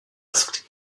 asked